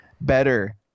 Better